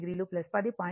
8o 10